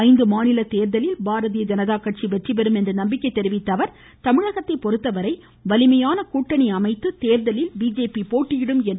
ஐந்து மாநில தேர்தலில் பாரதீய ஜனதா கட்சி வெற்றி பெறும் என்று நம்பிக்கை தெரிவித்த அவர் தமிழகத்தை பொறுத்தவரை வலிமையான கூட்டணி அமைத்து போட்டியிடும் என்றார்